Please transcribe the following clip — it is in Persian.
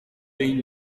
این